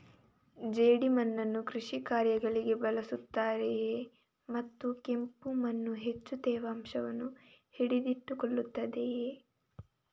ಜೇಡಿಮಣ್ಣನ್ನು ಕೃಷಿ ಕಾರ್ಯಗಳಿಗೆ ಬಳಸುತ್ತಾರೆಯೇ ಮತ್ತು ಕೆಂಪು ಮಣ್ಣು ಹೆಚ್ಚು ತೇವಾಂಶವನ್ನು ಹಿಡಿದಿಟ್ಟುಕೊಳ್ಳುತ್ತದೆಯೇ?